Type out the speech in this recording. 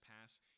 pass